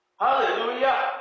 Hallelujah